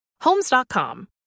homes.com